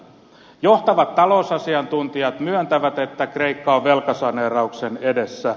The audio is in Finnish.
johtavat talousasiantuntijat myöntävät että kreikka on velkasaneerauksen edessä